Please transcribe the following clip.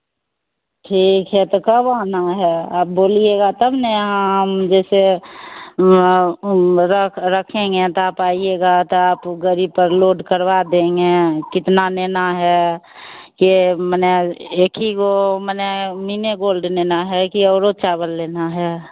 ठीक है तो कब आना है आप बोलिएगा तब ना यहाँ हम जैसे रख रखेंगे तो आप आइएगा तो आप गाड़ी पर लोड करवा देंगे कितना लेना है के मने एक ही वह मने बीने गोल्ड लेना है कि औरोज चावल लेना है